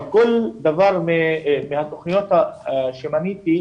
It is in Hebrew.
כל דבר מהתוכניות שמניתי,